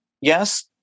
yes